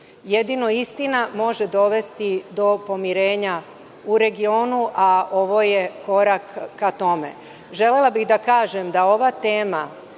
Jedino istina može dovesti do pomirenja u regionu, a ovo je korak ka tome. Želela bih da kažem da ova tema